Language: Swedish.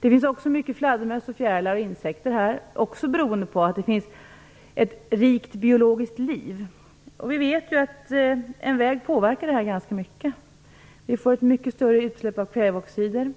Det finns också mycket fjärilar, fladdermöss och insekter, också beroende på att det finns ett rikt biologiskt liv. Vi vet att en väg påverkar djur och växtlivet ganska mycket. Det blir ett mycket större utsläpp av kväveoxider,